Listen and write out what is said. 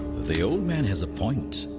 the old man has a point.